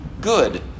good